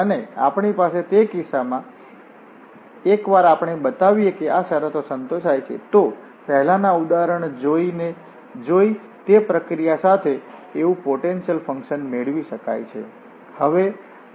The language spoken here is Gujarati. અને આપણી પાસે તે કિસ્સામાં એકવાર આપણે બતાવીએ કે આ શરતો સંતોષાય છે તો પહેલાનાં ઉદાહરણમાં જોઈ તે પ્રક્રિયા સાથે એવું પોટેન્શિયલ ફંકશન મેળવી શકાય છે